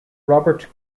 robert